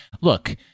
look